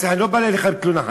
אני לא בא אליך בתלונה,